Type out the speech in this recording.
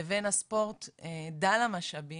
זה להבדיל מספורט הדל במשאבים,